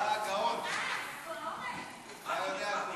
אתה יודע הכול,